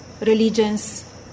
religions